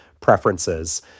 preferences